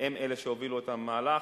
הם אלה שהובילו את המהלך,